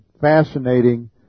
fascinating